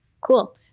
Cool